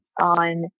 on